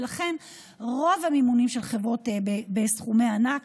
ולכן רוב המימונים של חברות בסכומי ענק